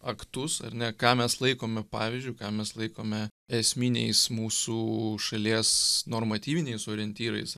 aktus ar ne ką mes laikome pavyzdžiu ką mes laikome esminiais mūsų šalies normatyviniais orientyrais